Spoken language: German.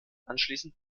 anschließend